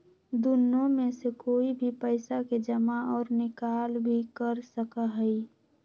दुन्नो में से कोई भी पैसा के जमा और निकाल भी कर सका हई